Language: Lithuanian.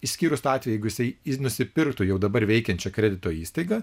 išskyrus tą atvejį jeigu jis nusipirktų jau dabar veikiančią kredito įstaigą